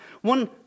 one